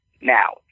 now